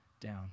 down